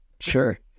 Sure